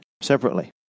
separately